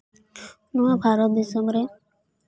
ᱱᱚᱣᱟ ᱵᱷᱟᱨᱚᱛ ᱫᱤᱥᱚᱢ ᱨᱮ